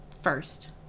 first